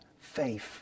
faith